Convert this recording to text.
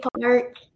park